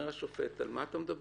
אומר השופט: על מה אתה מדבר?